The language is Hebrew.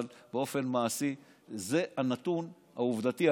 אבל באופן מעשי זה הנתון העובדתי,